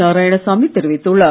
நாராயணசாமி தெரிவித்துள்ளார்